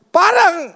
parang